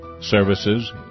services